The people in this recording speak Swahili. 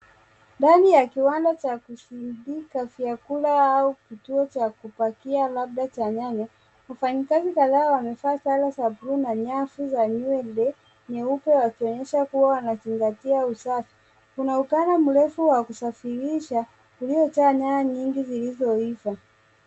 Ndani ya kiwanda cha kusindika vyakula au kituo cha kupakia labda cha nyanya, wafanyakazi kadhaa wamevaa sare za bluu na nyavu za nywele nyeupe wakionyesha kuwa wanazingatia usafi . Kuna ukanda mrefu wa kusafirisha uliojaa nyanya nyingi zilizoiva.